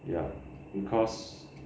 ya because